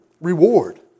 Reward